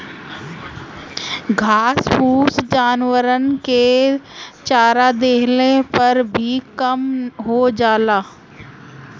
घास फूस जानवरन के चरा देहले पर भी कम हो जाला